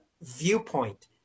viewpoint